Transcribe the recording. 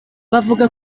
bavuga